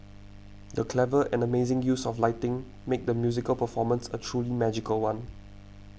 the clever and amazing use of lighting made the musical performance a truly magical one